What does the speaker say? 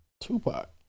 Tupac